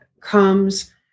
comes